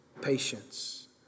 patience